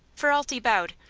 ferralti bowed,